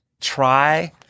Try